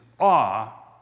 awe